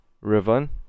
Riven